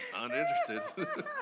uninterested